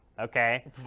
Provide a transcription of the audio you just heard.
okay